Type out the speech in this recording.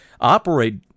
operate